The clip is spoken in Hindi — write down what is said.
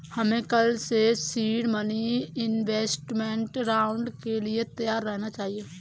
हमें कल के सीड मनी इन्वेस्टमेंट राउंड के लिए तैयार रहना चाहिए